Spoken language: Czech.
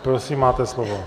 Prosím, máte slovo.